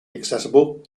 accessible